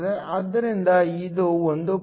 ಆದ್ದರಿಂದ ಇದು 1